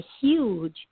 huge